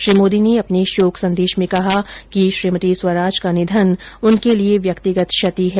श्री मोदी ने अपने शोक संदेश में कहा कि श्रीमती स्वराज का निधन उनके लिये व्यक्तिगत क्षति है